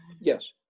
Yes